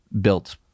built